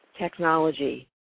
Technology